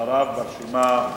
אחריו ברשימה,